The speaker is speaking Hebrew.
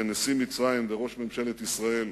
בין נשיא מצרים לראש ממשלת ישראל.